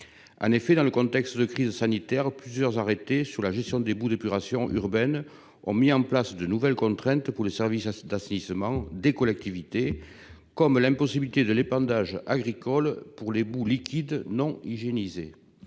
En effet, dans le contexte de la crise sanitaire, plusieurs arrêtés portant sur la gestion des boues d'épuration urbaine ont créé de nouvelles contraintes pour les services d'assainissement des collectivités territoriales, comme l'impossibilité de l'épandage agricole pour les boues liquides non hygiénisées.